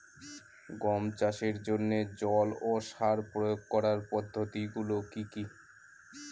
গম চাষের জন্যে জল ও সার প্রয়োগ করার পদ্ধতি গুলো কি কী?